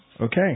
Okay